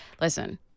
listen